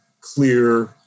clear